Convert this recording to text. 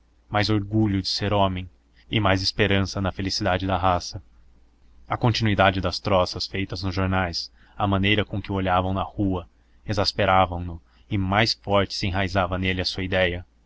mais orgulho de ser homem e mais esperança na felicidade da raça a continuidade das troças feitas nos jornais a maneira com que o olhavam na rua exasperavam no e mais forte se enraizava nele a sua idéia